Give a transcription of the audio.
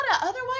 Otherwise